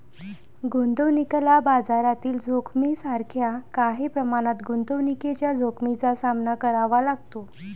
गुंतवणुकीला बाजारातील जोखमीसारख्या काही प्रमाणात गुंतवणुकीच्या जोखमीचा सामना करावा लागतो